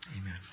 Amen